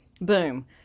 Boom